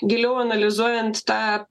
giliau analizuojant tą